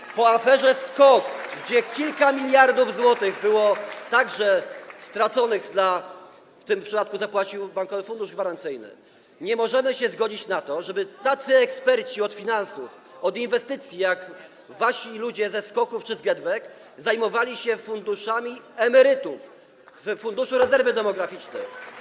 I po aferze SKOK, kiedy kilka miliardów złotych także było straconych - w tym przypadku zapłacił Bankowy Fundusz Gwarancyjny - nie możemy się zgodzić na to, żeby tacy eksperci od finansów, od inwestycji, jak wasi ludzie ze SKOK-ów czy z GetBack zajmowali się funduszami emerytów z Funduszu Rezerwy Demograficznej.